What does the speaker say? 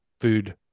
food